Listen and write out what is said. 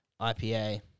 IPA